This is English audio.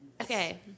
Okay